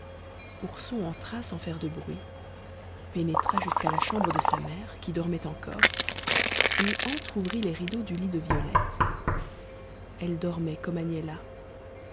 ourson entra sans faire de bruit pénétra jusqu'à la chambre de sa mère qui dormait encore et entr'ouvrit les rideaux du lit de violette elle dormait comme